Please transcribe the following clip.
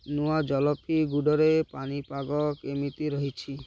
ନୂଆ ଜଳପିଗୁଡ଼ରେ ପାଣିପାଗ କେମିତି ରହିଛି